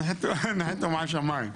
הנחיתו מהשמיים.